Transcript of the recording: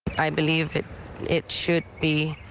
i believe it it should be